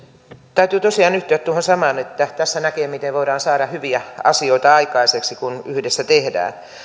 täytyy tosiaan yhtyä tuohon samaan että tässä näkee miten voidaan saada hyviä asioita aikaan kun yhdessä tehdään